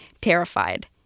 terrified